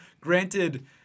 Granted